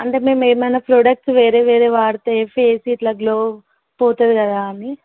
అంటే మేము ఏమైనా ప్రోడక్ట్స్ వేరేవి వేరేవి వాడితే ఫేస్ ఇట్లా గ్లో పోతుంది కదా అని